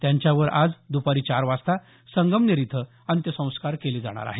त्यांच्यावर आज दुपारी चार वाजता संगमनेर इथं अंत्यसंस्कार केले जाणार आहेत